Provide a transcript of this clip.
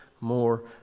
more